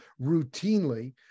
routinely